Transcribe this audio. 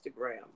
Instagram